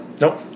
Nope